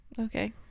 Okay